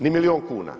Ni milijun kuna.